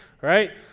right